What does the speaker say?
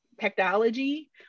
technology